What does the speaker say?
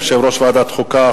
יושב-ראש ועדת החוקה,